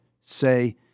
say